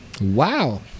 Wow